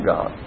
God